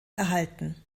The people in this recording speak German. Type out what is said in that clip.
erhalten